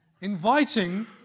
Inviting